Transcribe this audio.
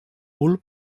bulb